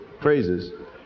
phrases